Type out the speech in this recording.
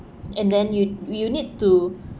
and then you'd you need to